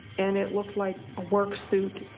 and it looked like a work suit.